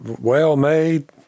well-made